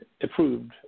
approved